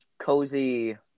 cozy